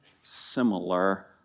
similar